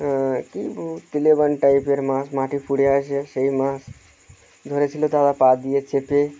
টাইপের মাছ মাটি ফুঁড়ে আসে সেই মাছ ধরেছিলো দাদা পা দিয়ে চেপে